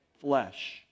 flesh